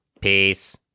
Peace